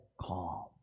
calm